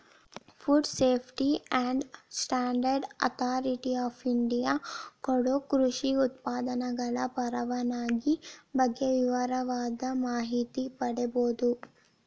food safety and standard authority of India ಕೊಡೊ ಕೃಷಿ ಉತ್ಪನ್ನಗಳ ಪರವಾನಗಿ ಬಗ್ಗೆ ವಿವರವಾದ ಮಾಹಿತಿ ಪಡೇಬೋದು